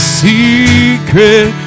secret